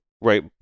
right